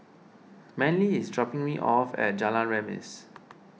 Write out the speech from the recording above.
Manley is dropping me off at Jalan Remis